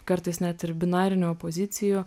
kartais net ir binarinių opozicijų